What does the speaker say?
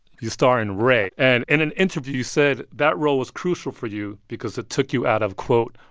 you star in ray. and in an interview, you said that role was crucial for you because it took you out of, quote,